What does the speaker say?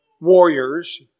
warriors